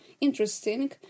interesting